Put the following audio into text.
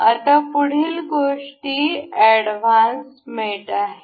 आता पुढील गोष्टी एडव्हान्स मेट आहेत